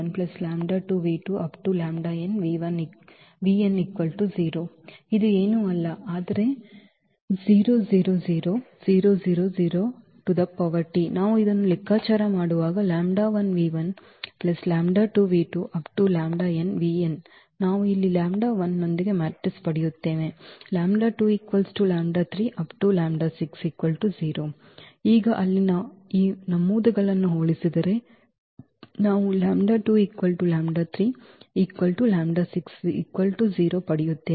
ಇದು ಏನೂ ಅಲ್ಲ ಆದರೆ ನಾವು ಇದನ್ನು ಲೆಕ್ಕಾಚಾರ ಮಾಡುವಾಗ ನಾವು ಇಲ್ಲಿ ನೊಂದಿಗೆ ಮ್ಯಾಟ್ರಿಕ್ಸ್ ಪಡೆಯುತ್ತೇವೆ ಈಗ ಅಲ್ಲಿ ಈ ನಮೂದುಗಳನ್ನು ಹೋಲಿಸಿದರೆ ನಾವು ಪಡೆಯುತ್ತೇವೆ